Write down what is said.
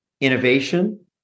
innovation